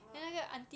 orh uh